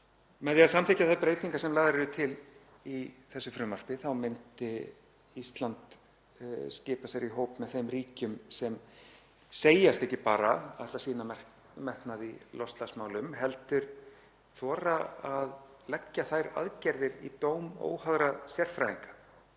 Með því að samþykkja þær breytingar sem lagðar eru til í þessu frumvarpi myndi Ísland skipa sér í hóp með þeim ríkjum sem segjast ekki bara ætla að sýna metnað í loftslagsmálum heldur þora að leggja þær aðgerðir í dóm óháðra sérfræðinga,